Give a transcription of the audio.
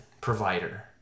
provider